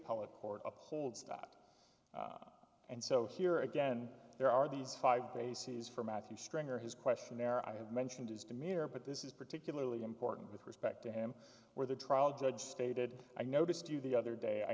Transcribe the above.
upholds that and so here again there are these five bases for matthew stringer his questionnaire i have mentioned his demeanor but this is particularly important with respect to him where the trial judge stated i noticed you the other day i